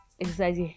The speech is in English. exercise